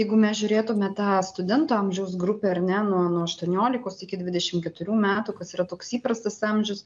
jeigu mes žiūrėtume tą studentų amžiaus grupę ar ne nuo aštuoniolikos iki dvidešim keturių metų kas yra toks įprastas amžius